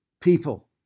people